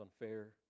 unfair